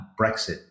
Brexit